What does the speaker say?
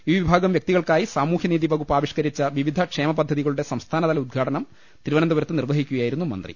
ഈ വിഭാഗം വൃക്തികൾക്കായി സാമൂഹൃനീതി വകുപ്പ് ആവി ഷ്കരിച്ച വിവിധ ക്ഷേമപദ്ധതികളുടെ സംസ്ഥാനതല ഉദ്ഘാടനം തിരുവനന്തപുരത്ത് നിർവഹിക്കുകയായിരുന്നു മന്ത്രി